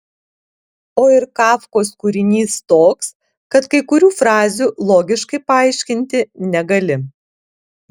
o ir kafkos kūrinys toks kad kai kurių frazių logiškai paaiškinti negali